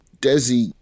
Desi